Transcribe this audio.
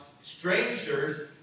strangers